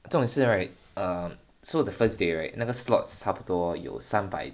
重点是 right err so the first day right 那个 slots 差不多有三百